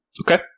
Okay